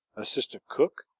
assistant cook,